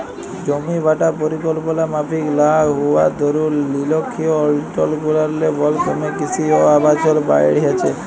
জমিবাঁটা পরিকল্পলা মাফিক লা হউয়ার দরুল লিরখ্খিয় অলচলগুলারলে বল ক্যমে কিসি অ আবাসল বাইড়হেছে